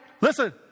Listen